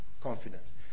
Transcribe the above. Confidence